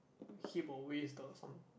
hip or waist those